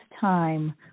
time